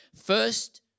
First